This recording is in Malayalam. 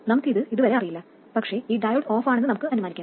നമുക്ക് ഇത് ഇതുവരെ അറിയില്ല പക്ഷേ ഈ ഡയോഡ് ഓഫാണെന്ന് നമുക്ക് അനുമാനിക്കാം